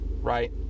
Right